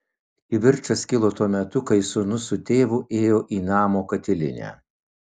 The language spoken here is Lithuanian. kivirčas kilo tuo metu kai sūnus su tėvu ėjo į namo katilinę